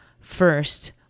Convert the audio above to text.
first